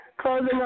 closing